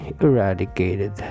eradicated